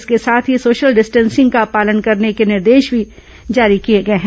इसके साथ ही सोशल डिस्टेंसिंग का पालन करने के निर्देश भी जारी किए गए हैं